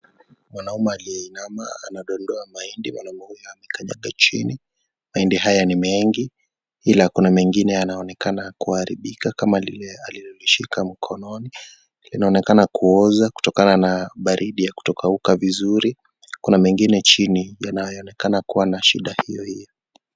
Mwanaume aliyeinama anadondoa mahindi akikanyaga chini. Mahindi haya ni mengi ila kuna mengine yanaonekana kuharibika kama lile aliloshika mkononi. Linaonekana kuoza kutokana na baridi ya kutokauka vizuri. Kuna mengine chini na yanaonekana kuwa na shida hiyo hiyo.